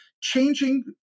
changing